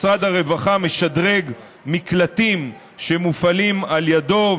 משרד הרווחה משדרג מקלטים שמופעלים על ידו,